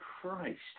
Christ